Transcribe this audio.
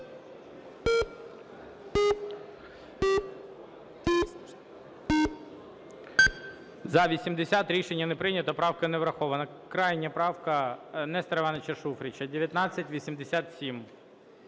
За-80 Рішення не прийнято. Правка не врахована. Крайня правка Нестора Івановича Шуфрича 1987.